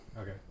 Okay